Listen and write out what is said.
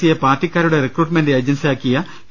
സിയെ പാർട്ടിക്കാരുടെ റിക്രൂട്ട്മെൻറ് ഏജൻസിയാക്കിയ പി